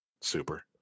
super